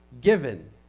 given